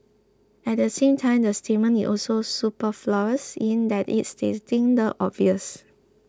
at the same time the statement is also superfluous in that it is stating the obvious